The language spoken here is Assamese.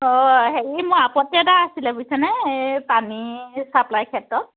অঁ হেৰি মই আপত্তি এটা আছিলে বুইছেনে এই পানী ছাপ্লাইৰ ক্ষেত্ৰত